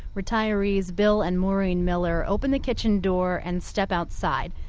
retirees bill and maureen miller open the kitchen door and step outside.